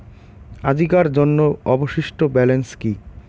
আজিকার জন্য অবশিষ্ট ব্যালেন্স কি?